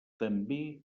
també